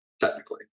technically